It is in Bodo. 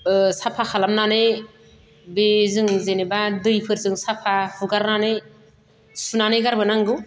ओ साफा खालामनानै बे जों जेनोबा दैफोरजों साफा हुगारनानै सुनानै गारबोनांगौ